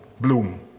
bloom